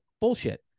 Bullshit